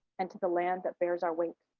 and to the land that bears our weight.